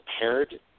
prepared